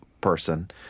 person